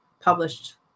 published